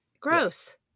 gross